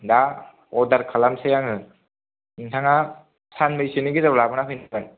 दा अर्दार खालामनोसै आङो नोंथाङा साननैसोनि गेजेराव लाबोनानै होफैनांगोन